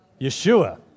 Yeshua